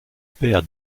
père